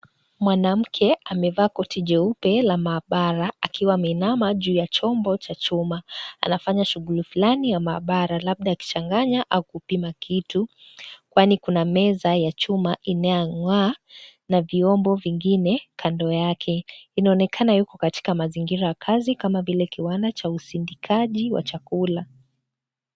Mwanamke amevaa koti jeupe la maabara, akiwa ameinama juu ya chombo cha chuma. Anafanya shughuli fulani ya maabara labda akichanganya au kupima kitu, kwani kuna meza ya chuma inayong'aa na vyombo vingine kando yake. Inaonekana yuko katika mazingira ya kazi kama vile kiwanda cha usindikaji wa chakula.